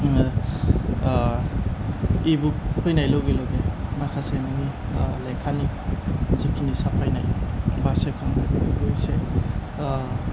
आङो इ बुक फैनाय लोगो लोगो माखासे नोंनि लेखानि जेखिनि साफायनाय बा चेक खालामनाय बेफोरखौ एसे